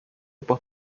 post